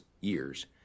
years